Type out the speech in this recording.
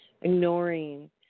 Ignoring